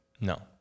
No